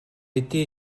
été